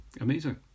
Amazing